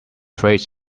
phrase